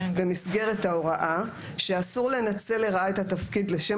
במסגרת ההוראה שאסור לנצל לרעה את התפקיד לשם